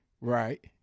Right